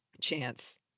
chance